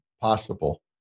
possible